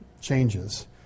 changes